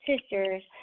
sisters